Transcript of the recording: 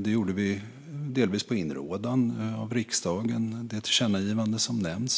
Det gjorde vi delvis på inrådan av riksdagen i det tillkännagivande som nämndes.